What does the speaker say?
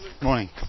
Morning